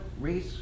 race